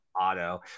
Auto